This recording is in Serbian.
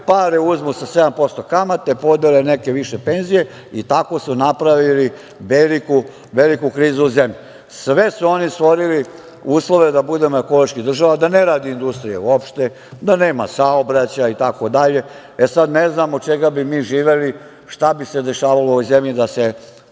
pare uzmu sa 7% kamate, podele neke više penzije i tako su napravili veliku krizu zemlje. Sve su oni stvorili uslove da budem ekološka država, da ne radi industrija uopšte, da nema saobraćaja itd. E, sad, ne znam od čega bismo mi živeli, šta bi se dešavalo u ovoj zemlji da se